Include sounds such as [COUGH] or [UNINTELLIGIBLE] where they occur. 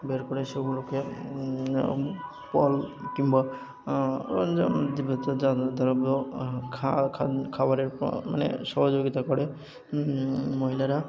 বের করে সেগুলোকে পাল কিংবা [UNINTELLIGIBLE] দ্রব্য খাবারের মানে সহযোগিতা করে মহিলারা